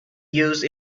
used